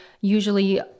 usually